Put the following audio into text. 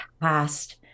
past